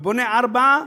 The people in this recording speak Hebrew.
בונה ארבע,